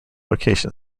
location